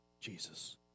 Jesus